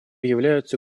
являются